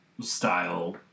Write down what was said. style